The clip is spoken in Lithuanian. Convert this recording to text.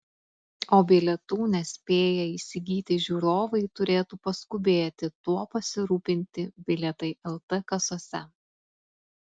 o bilietų nespėję įsigyti žiūrovai turėtų paskubėti tuo pasirūpinti bilietai lt kasose